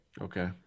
Okay